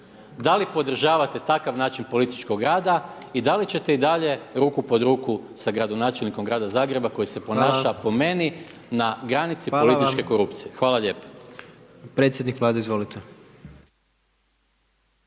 da li podržavate takav način političkog rada i da li ćete i dalje ruku pod ruku sa gradonačelnikom grada Zagreba koji se ponaša po meni na granici političke korupcije? Hvala lijepa. **Jandroković, Gordan